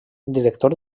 director